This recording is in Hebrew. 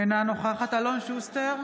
אינה נוכחת אלון שוסטר,